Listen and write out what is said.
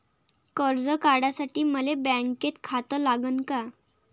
कर्ज काढासाठी मले बँकेत खातं लागन का?